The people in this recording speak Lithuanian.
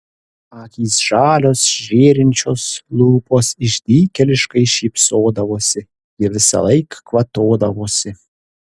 akys žalios žėrinčios lūpos išdykėliškai šypsodavosi ji visąlaik kvatodavosi